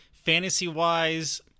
Fantasy-wise